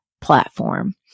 platform